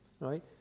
right